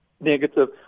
negative